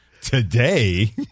today